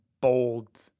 bold